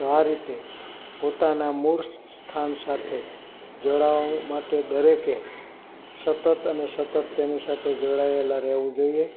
તો આ રીતે પોતાના મૂળ સ્થ સ્થાન સાથે જોડાવા માટે દરેકે સતત અને સતત તેની સાથે જોડાયેલા રહેવું જોઈએ